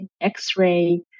x-ray